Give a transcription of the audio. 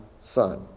Son